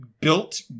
built